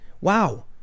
wow